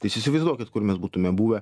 tai jūs įsivaizduokit kur mes būtume buvę